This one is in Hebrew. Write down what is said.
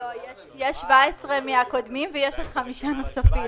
יש 17 פרויקטים קודמים ויש עוד חמישה פרויקטים נוספים.